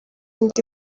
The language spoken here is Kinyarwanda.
ndi